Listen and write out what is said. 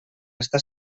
està